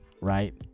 right